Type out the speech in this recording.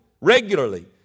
regularly